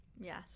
yes